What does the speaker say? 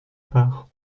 part